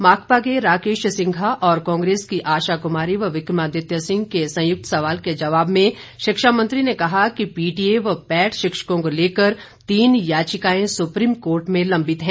माकपा के राकेश सिंघा और कांग्रेस की आशा कुमारी व विक्रमादित्य सिंह के संयुक्त सवाल के जवाब में शिक्षा मंत्री ने कहा कि पीटीए व पैट शिक्षकों को लेकर तीन याचिकाएं सुप्रीम कोर्ट में लबित हैं